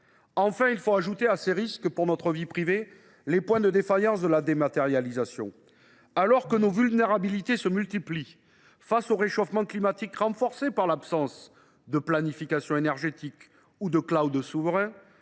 Enfin, il faut ajouter à ces risques qui concernent notre vie privée les points de défaillance de la dématérialisation. Alors que nos vulnérabilités se multiplient face au réchauffement climatique et qu’elles sont renforcées par l’absence de planification énergétique comme de souverain,